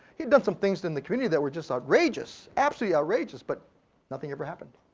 he'd done some things in the community that were just outrageous. absolutely outrageous. but nothing ever happened.